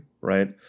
Right